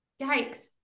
yikes